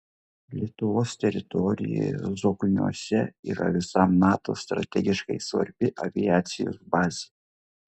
lietuvos teritorijoje zokniuose yra visam nato strategiškai svarbi aviacijos bazė